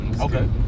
okay